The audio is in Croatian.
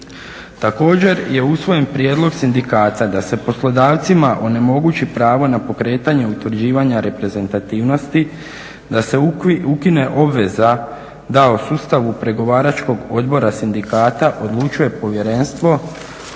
Također je usvojen prijedlog sindikata da se poslodavcima onemogući pravo na pokretanje utvrđivanja reprezentativnosti, da se ukine obveza da o sustavu pregovaračkog odbora sindikata odlučuje povjerenstvo